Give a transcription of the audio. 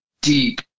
deep